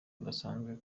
rudasanzwe